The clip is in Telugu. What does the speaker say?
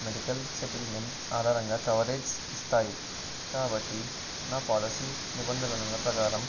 మెడికల్ సెటిల్మెంట్ ఆధారంగా కవరేజ్ ఇస్తాయి కాబట్టి నా పాలసీ నిబంధలనల ప్రకారం